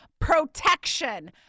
protection